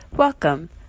welcome